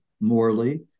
morally